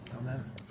Amen